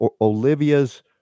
Olivia's